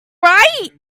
right